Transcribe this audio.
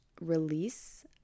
release